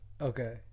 Okay